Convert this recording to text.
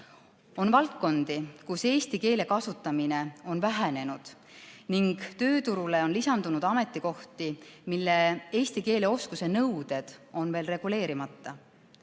On valdkondi, kus eesti keele kasutamine on vähenenud, ning tööturule on lisandunud ametikohti, mille puhul eesti keele oskuse nõuded on reguleerimata.